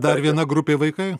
dar viena grupė vaikai